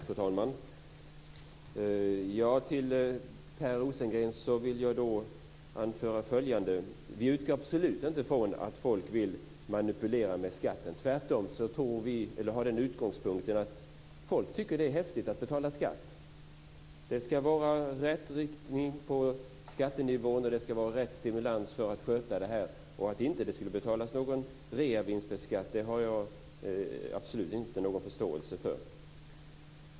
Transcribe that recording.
Fru talman! Till Per Rosengren vill jag anföra följande: Vi utgår absolut inte från att folk vill manipulera med skatten. Tvärtom har vi som utgångspunkt att folk tycker att det är häftigt att betala skatt. Det ska vara rätt riktning på skattenivån, och det ska vara rätt stimulans när det gäller att sköta det här. Att det inte skulle betalas någon reavinstskatt har jag absolut inte någon förståelse för.